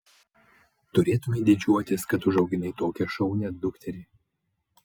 turėtumei didžiuotis kad užauginai tokią šaunią dukterį